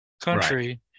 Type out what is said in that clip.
country